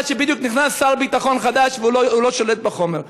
שבדיוק נכנס שר ביטחון חדש והוא לא שולט בחומר.